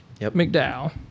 McDowell